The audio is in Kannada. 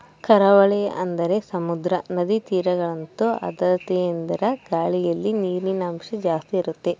ಕರಾವಳಿ ಅಂದರೆ ಸಮುದ್ರ, ನದಿ ತೀರದಗಂತೂ ಆರ್ದ್ರತೆಯೆಂದರೆ ಗಾಳಿಯಲ್ಲಿ ನೀರಿನಂಶ ಜಾಸ್ತಿ ಇರುತ್ತದೆ